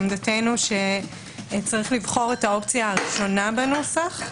עמדתנו שיש לבחור את האופציה הראשונה בנוסח,